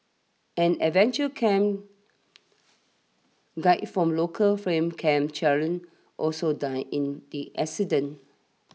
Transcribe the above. an adventure camp guide from local firm Camp Challenge also died in the accident